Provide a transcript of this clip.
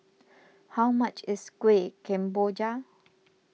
how much is Kuih Kemboja